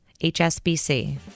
HSBC